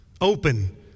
open